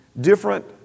different